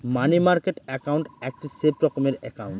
মানি market account একটি safe রকমের account